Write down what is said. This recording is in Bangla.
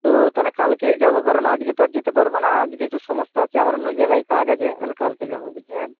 তো তাহলে কালকেই যাব কারণ আজকে তো আর যেতে পারব না আজকে একটু সমস্যা আছে আমার অন্য জায়গায় কাজ আছে তাহলে কালকে যাব বুঝেছেন